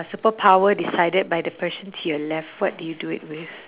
a superpower decided by the person to your left what do you do it with